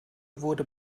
wurde